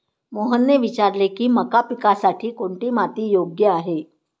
मोहनने विचारले की मका पिकासाठी कोणती माती योग्य आहे?